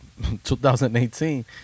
2018